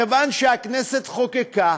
מכיוון שהכנסת חוקקה,